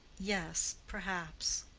yes perhaps.